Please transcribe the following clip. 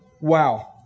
Wow